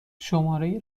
شماره